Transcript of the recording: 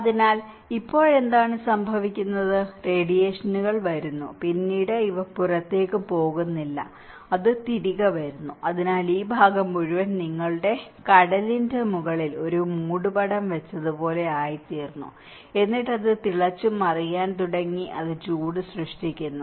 അതിനാൽ ഇപ്പോൾ എന്താണ് സംഭവിക്കുന്നത് റേഡിയേഷനുകൾ വരുന്നു പിന്നീട് ഇവ പുറത്തേക്ക് പോകുന്നില്ല അത് തിരികെ വരുന്നു അതിനാൽ ഈ ഭാഗം മുഴുവൻ നിങ്ങളുടെ കുടലിന്റെ മുകളിൽ ഒരു മൂടുപടം വച്ചതുപോലെ ആയിത്തീർന്നു എന്നിട്ട് അത് തിളച്ചുമറിയാൻ തുടങ്ങി അത് ചൂട് സൃഷ്ടിക്കുന്നു